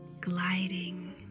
gliding